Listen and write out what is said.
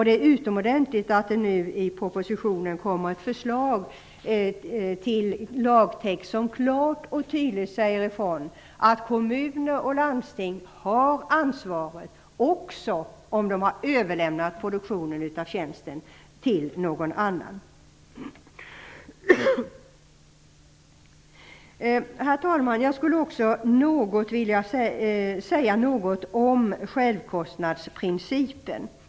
Det är utomordentligt att det i propositionen finns ett förslag till lagtext som klart och tydligt säger att kommuner och landsting har ansvaret också om de överlämnar produktionen av tjänsten till någon annan. Herr talman! Jag skulle också vilja säga något om självkostnadsprincipen.